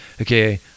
okay